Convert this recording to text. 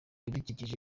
ibidukikije